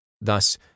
Thus